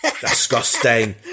disgusting